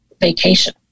vacation